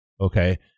Okay